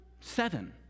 Seven